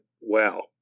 wow